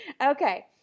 Okay